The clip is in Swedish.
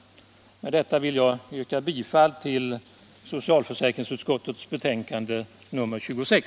Med detta ber jag att få yrka bifall till socialförsäkringsutskottets hemställan i betänkandet nr 26.